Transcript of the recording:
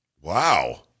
Wow